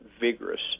vigorous